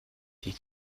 die